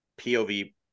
POV